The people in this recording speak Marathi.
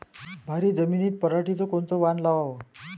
भारी जमिनीत पराटीचं कोनचं वान लावाव?